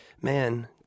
man